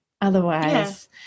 otherwise